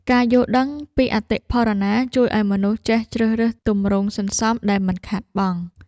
ការយល់ដឹងពីអតិផរណា ជួយឱ្យមនុស្សចេះជ្រើសរើសទម្រង់សន្សំដែលមិនខាតបង់។